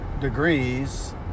degrees